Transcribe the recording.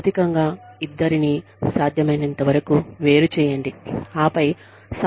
భౌతికంగా ఇద్దరిని సాధ్యమైనంతవరకు వేరు చేయండి